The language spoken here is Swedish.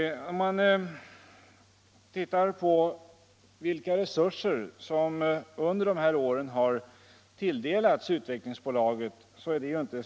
De resurser som under dessa år har tilldelats Utvecklingsaktiebolaget är inga små belopp.